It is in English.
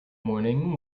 morning